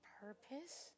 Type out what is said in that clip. purpose